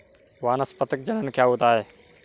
वानस्पतिक जनन क्या होता है?